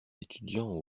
étudiants